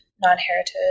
non-heritage